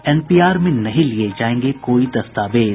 NPR में नहीं लिये जायेंगे कोई दस्तावेज